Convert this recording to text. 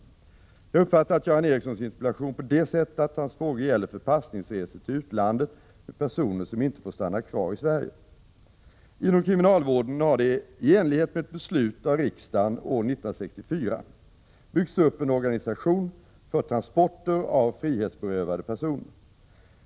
Jag har uppfattat Göran Ericssons interpellation på det sättet att hans frågor gäller förpassningsresor till utlandet med personer som inte får stanna kvar i Sverige. Inom kriminalvården har det i enlighet med ett beslut av riksdagen år 1964 byggts upp en organisation för transporter av frihetsberövade personer.